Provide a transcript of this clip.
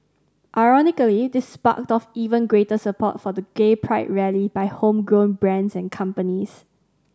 ironically this sparked off even greater support for the gay pride rally by homegrown brands and companies